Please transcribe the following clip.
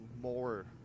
more